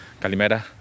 Calimera